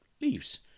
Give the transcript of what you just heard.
leaves